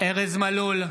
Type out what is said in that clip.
ארז מלול,